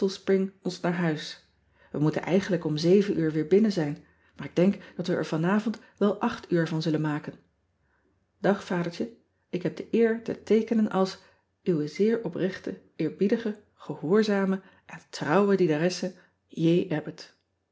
naar huis e moeten eigenlijk om uur weer binnen zijn maar ik denk dat we er vanavond wel uur van zullen maken ag adertje k heb de eer te teekenen als we zeer oprechte eerbiedige gehoorzame en trouwe dienaresse bbott